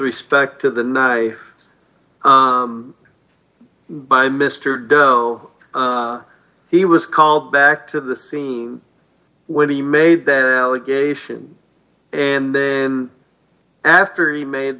respect to the not i by mr dough he was called back to the scene when he made that allegation and they after he made